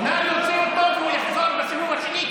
נא להוציא אותו והוא יחזור בסיבוב השני,